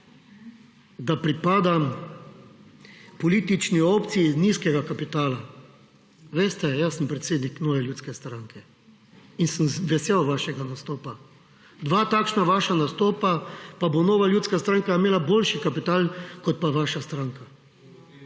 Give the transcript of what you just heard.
da pripadam politični opciji nizkega kapitala. Veste, jaz sem predsednik Nove ljudske stranke in sem vesel vašega nastopa. Dva takšna vaša nastopa, pa bo Nova ljudska stranka imela boljši kapital, kot pa vaša stranka